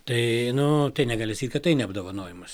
tai nu tai negali sakyt kad tai ne apdovanojimas